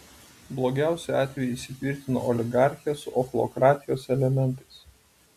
blogiausiu atveju įsitvirtina oligarchija su ochlokratijos elementais